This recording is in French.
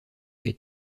est